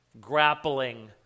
grappling